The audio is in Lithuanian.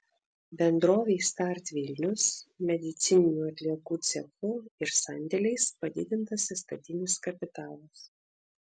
bendrovei start vilnius medicininių atliekų cechu ir sandėliais padidintas įstatinis kapitalas